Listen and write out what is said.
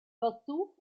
versuch